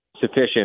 sufficient